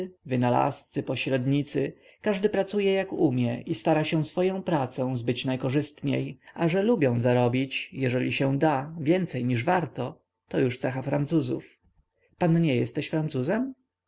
wynalazcy pośrednicy każdy pracuje jak umie i stara się swoję pracę zbyć najkorzystniej a że lubią zarobić jeżeli się da więcej niż warto to już cecha francuzów pan nie jesteś francuzem